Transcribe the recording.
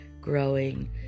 growing